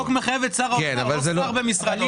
החוק מחייב השתתפות של שר האוצר ולא של שר במשרד האוצר.